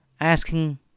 asking